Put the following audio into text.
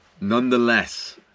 Nonetheless